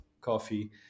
coffee